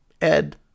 Ed